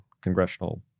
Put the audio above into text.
Congressional